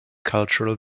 cultural